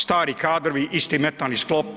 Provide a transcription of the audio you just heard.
Stari kadrovi isti mentalni sklop.